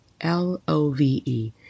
L-O-V-E